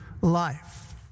life